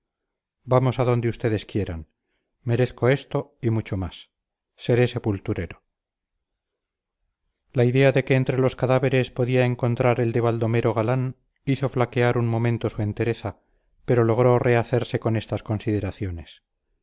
vamos a donde ustedes quieran merezco esto y mucho más seré sepulturero la idea de que entre los cadáveres podía encontrar el de baldomero galán hizo flaquear un momento su entereza pero logró rehacerse con estas consideraciones